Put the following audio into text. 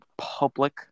public